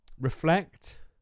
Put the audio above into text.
reflect